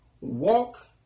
walk